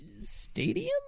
stadium